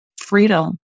freedom